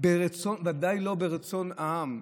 ודאי לא ברצון העם.